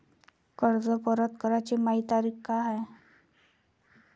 कर्ज परत कराची मायी तारीख का हाय?